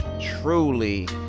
truly